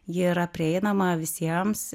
ji yra prieinama visiems